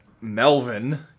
Melvin